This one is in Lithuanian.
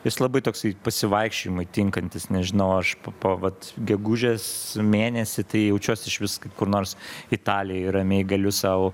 jis labai toksai pasivaikščiojimui tinkantis nežinau aš po vat gegužės mėnesį tai jaučiuos išvis kur nors italijoj ramiai galiu sau